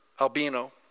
albino